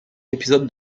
épisode